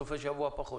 בסופי שבוע זה פחות.